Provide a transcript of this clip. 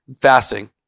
fasting